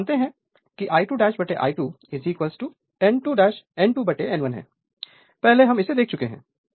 तो हम जानते हैं कि I2 I2 N2 N1 पहले हम इसे देख चुके हैं